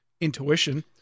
intuition